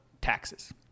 taxes